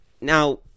now